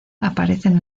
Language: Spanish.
aparecen